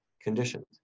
conditions